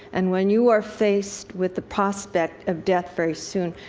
and when you are faced with the prospect of death very soon,